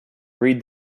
read